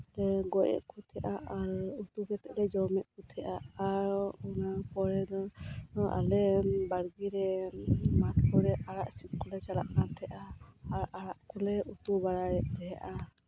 ᱞᱮ ᱜᱚᱡᱮᱫ ᱠᱚ ᱛᱟᱦᱮᱸᱱᱟ ᱟᱨ ᱩᱛᱩ ᱠᱟᱛᱮᱫ ᱞᱮ ᱡᱚᱢᱮᱫ ᱠᱚ ᱛᱟᱦᱮᱸᱫᱼᱟ ᱟᱨᱚ ᱚᱱᱟ ᱯᱚᱨᱮᱫᱚ ᱱᱚᱣᱟ ᱟᱞᱮ ᱵᱟᱲᱜᱮ ᱨᱮ ᱢᱟᱴᱷ ᱠᱚᱨᱮ ᱟᱲᱟᱜ ᱥᱤᱫ ᱠᱚᱞᱮ ᱪᱟᱞᱟᱜ ᱠᱟᱱ ᱛᱟᱦᱮᱸᱱᱟ ᱟᱨ ᱟᱲᱟᱜ ᱠᱚᱞᱮ ᱩᱛᱩ ᱵᱟᱲᱟᱭᱮᱫ ᱛᱟᱦᱮᱸᱫᱼᱟ